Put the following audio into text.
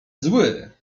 zły